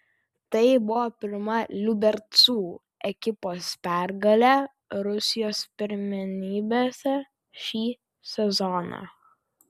tai buvo pirma liubercų ekipos pergalė rusijos pirmenybėse šį sezoną